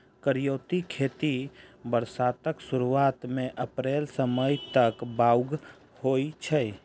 करियौती खेती बरसातक सुरुआत मे अप्रैल सँ मई तक बाउग होइ छै